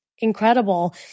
incredible